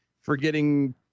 forgetting